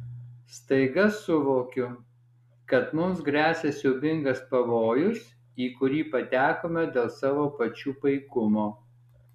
staiga suvokiu kad mums gresia siaubingas pavojus į kurį patekome dėl savo pačių paikumo